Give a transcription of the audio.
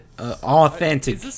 authentic